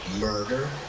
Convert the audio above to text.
murder